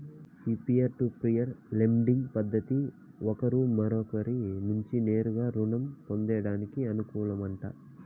ఈ peer to peer lending పద్దతి ఒకరు మరొకరి నుంచి నేరుగా రుణం పొందేదానికి అనుకూలమట